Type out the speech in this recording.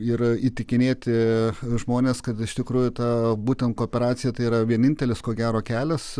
yra įtikinėti žmones kad iš tikrųjų ta būtent kooperacija tai yra vienintelis ko gero kelias